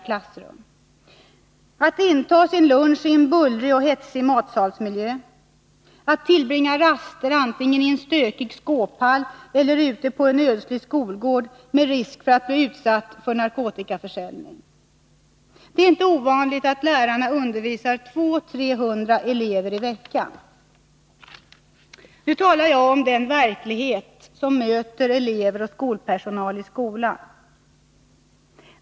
Vilken vuxen människa skulle acceptera att inta sin lunch i en bullrig och hetsig matsalsmiljö eller att tillbringa raster antingen i en stökig skåphall eller ute på en ödslig skolgård med risk för att bli utsatt för narkotikaförsäljning? Det är inte ovanligt att lärarna undervisar 200-300 elever i veckan. Nu talar jag om den verklighet som möter elever och skolpersonal i skolan.